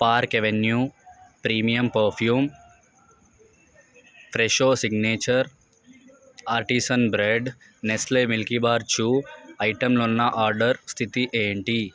park Avenue premium perfume Fresho signature artisan bread Nestle Milkybar Choo ఐటెంలున్న order స్థితి ఏంటి